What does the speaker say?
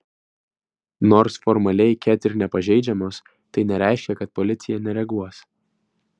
nors formaliai ket ir nepažeidžiamos tai nereiškia kad policija nereaguos